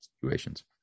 situations